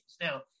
Now